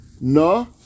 No